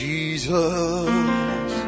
Jesus